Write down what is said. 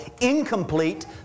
incomplete